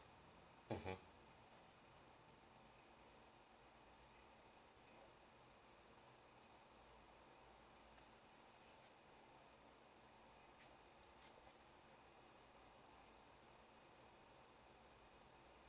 mmhmm